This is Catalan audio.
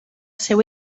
seu